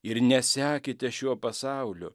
ir nesekite šiuo pasauliu